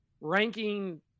Ranking